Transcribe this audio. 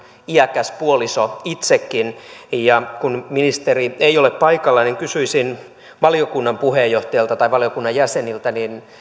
puoliso joka on itsekin iäkäs kun ministeri ei ole paikalla niin kysyisin valiokunnan puheenjohtajalta tai valiokunnan jäseniltä